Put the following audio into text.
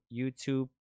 YouTube